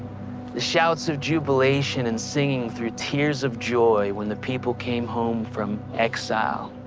the shouts of jubilation and singing through tears of joy when the people came home from exile.